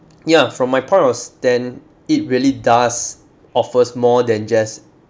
ya from my point of stand it really does offers more than just